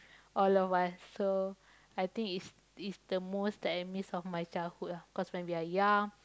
all of us so I think it's it's the most that I miss of my childhood lah cause when we are young